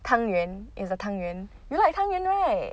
汤圆 is a 汤圆 you like 汤圆 right